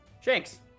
Shanks